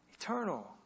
eternal